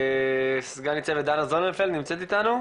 סגן ניצב דנה זוננפלד נמצאת איתנו?